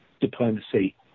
diplomacy